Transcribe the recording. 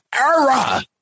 era